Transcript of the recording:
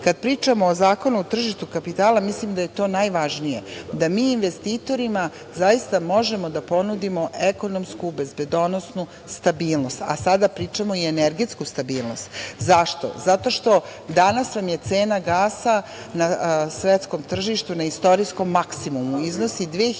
pričamo o Zakonu o tržištu kapitala, mislim da je to najvažnije, da mi investitorima zaista možemo da ponudimo ekonomsku, bezbednosnu stabilnost, a sada pričamo i o energetskoj stabilnosti. Zašto? Zato što danas vam je cena gasa na svetskom tržištu na istorijskom maksimumu. Iznosi 2.120